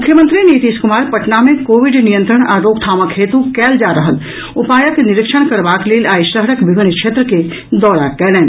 मुख्यमंत्री नीतीश कुमार पटना मे कोविड नियंत्रण आ रोकथामक हेतु कयल जा रहल उपायक निरीक्षण करबाक लेल आई शहरक विभिन्न क्षेत्र के दौरा कयलनि